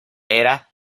era